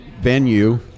venue